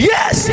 Yes